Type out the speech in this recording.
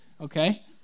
okay